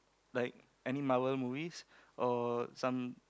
like any Marvel movies or some